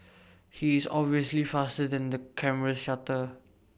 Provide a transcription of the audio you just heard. he is obviously faster than the camera's shutter